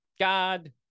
God